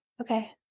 Okay